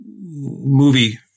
movie –